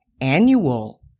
annual